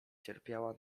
cierpiała